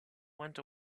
went